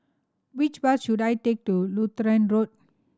which bus should I take to Lutheran Road